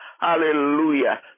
Hallelujah